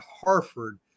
Harford